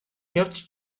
явж